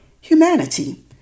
humanity